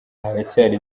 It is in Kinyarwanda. haracyari